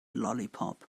lollipop